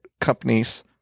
companies